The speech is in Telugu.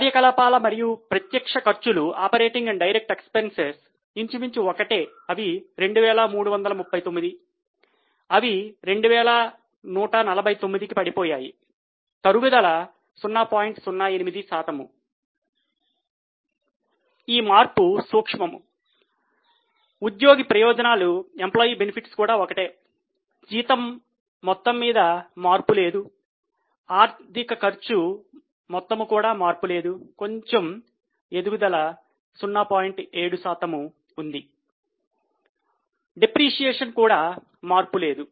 కార్యకలాపాల మరియు ప్రత్యక్ష ఖర్చులు కూడా మార్పు లేదు